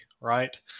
right